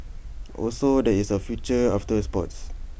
also there is A future after sports